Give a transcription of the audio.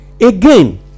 Again